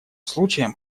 случаем